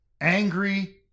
angry